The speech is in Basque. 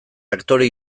aktore